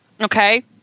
Okay